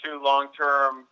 long-term